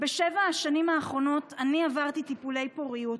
בשבע השנים האחרונות אני עברתי טיפולי פוריות,